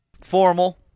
Formal